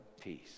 peace